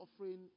offering